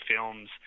films